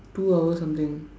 two hour something